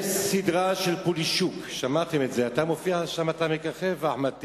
יש הסדרה "פולישוק" חבר הכנסת אחמד טיבי,